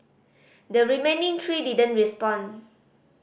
the remaining three didn't respond